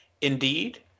Indeed